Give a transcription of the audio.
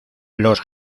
los